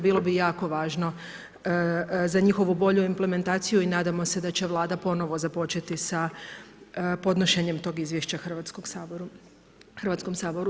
Bilo bi jako važno za njihovu bolju implementaciju i nadamo se da će Vlada ponovo započeti sa podnošenjem tog izvješća Hrvatskom saboru.